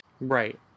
Right